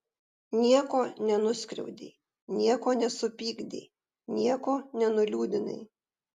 nieko nenuskriaudei nieko nesupykdei nieko nenuliūdinai